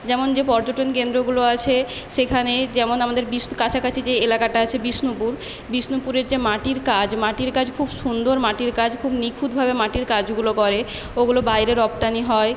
যেমন যে পর্যটন কেন্দ্রগুলো আছে সেখানে যেমন আমাদের বিষ্ণ কাছাকাছি যে এলাকাটা আছে বিষ্ণুপুর বিষ্ণুপুরের যে মাটির কাজ মাটির কাজ খুব সুন্দর মাটির কাজ খুব নিখুঁতভাবে মাটির কাজগুলো করে ওগুলো বাইরে রপ্তানি হয়